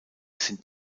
sind